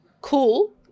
Cool